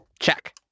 Check